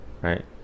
Right